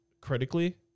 critically